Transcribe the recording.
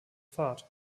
fahrt